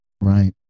Right